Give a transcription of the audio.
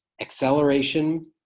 acceleration